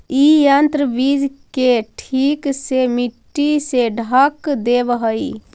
इ यन्त्र बीज के ठीक से मट्टी से ढँक देवऽ हई